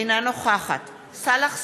אינה נוכחת סאלח סעד,